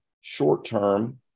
short-term